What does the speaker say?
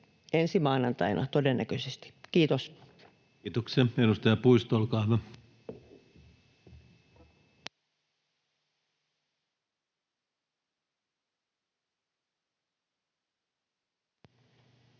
ensi maanantaina, todennäköisesti. — Kiitos. Kiitoksia. — Edustaja Puisto, olkaa hyvä. Arvoisa